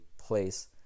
place